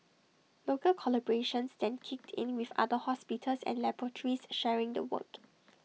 local collaborations then kicked in with other hospitals and laboratories sharing the work